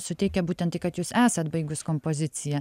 suteikia būtent tai kad jūs esat baigus kompoziciją